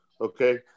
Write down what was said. okay